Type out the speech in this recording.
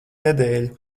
nedēļu